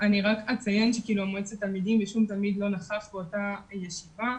אני רק אציין שאף תלמיד ממועצת התלמידים לא נכח באותה ישיבה,